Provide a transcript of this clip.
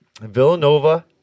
Villanova